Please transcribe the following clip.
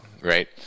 right